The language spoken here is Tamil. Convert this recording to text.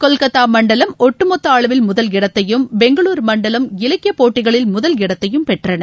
கொல்கத்தா மண்டலம் ஒட்டுமொத்த அளவில் முதல் இடத்தையும் பெங்களுரு மண்டலம் இலக்கிய போட்டிகளில் முதல் இடத்தையும் பெற்றன